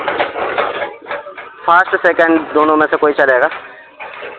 first second دونوں میں سے پئیسا رہے گا